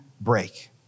break